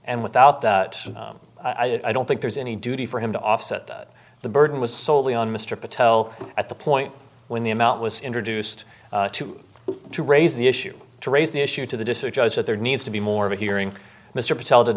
and without that i don't think there's any duty for him to offset the burden was solely on mr patel at the point when the amount was introduced to raise the issue to raise the issue to the district judge that there needs to be more of a hearing mr patel did